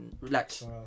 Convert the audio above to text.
relax